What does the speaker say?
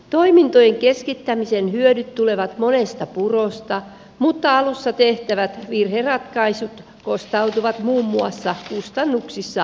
toimintojen keskittämisen hyödyt tulevat monesta purosta mutta alussa tehtävät virheratkaisut kostautuvat muun muassa kustannuksissa vuosi vuodelta